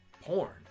porn